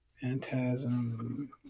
Phantasm